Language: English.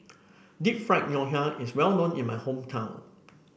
Deep Fried Ngoh Hiang is well known in my hometown